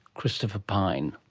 christopher pyne.